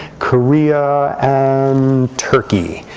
korea, and turkey.